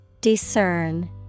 Discern